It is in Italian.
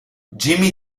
jimmy